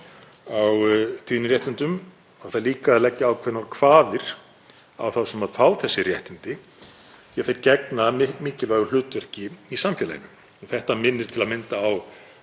á tíðniréttindum. Það þarf líka að leggja ákveðnar kvaðir á þá sem fá þessi réttindi því að þeir gegna mikilvægu hlutverki í samfélaginu. Þetta minnir til að mynda á